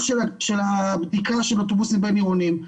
של הבדיקה של אוטובוסים בין עירוניים,